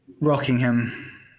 Rockingham